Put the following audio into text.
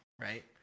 Right